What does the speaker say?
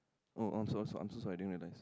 oh I'm so I'm so sorry I didn't realise